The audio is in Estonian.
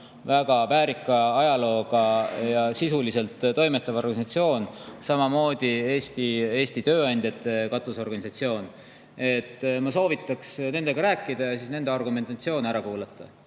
väga väärika ajalooga ja sisuliselt toimetav organisatsioon, ja samamoodi Eesti tööandjate katusorganisatsioon. Ma soovitan nendega rääkida ja nende argumentatsioon ära kuulata.